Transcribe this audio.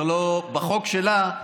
בחוק שלה,